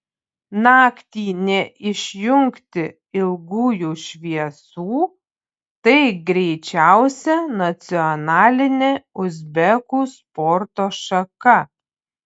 naktį neišjungti ilgųjų šviesų tai greičiausia nacionalinė uzbekų sporto šaka